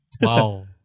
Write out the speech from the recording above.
Wow